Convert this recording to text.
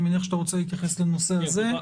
אני מניח שאתה רוצה להתייחס לנושא הזה?